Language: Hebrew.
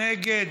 נגד,